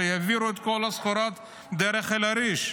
שיעבירו את כל הסחורות דרך אל-עריש.